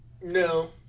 No